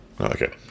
Okay